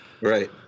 Right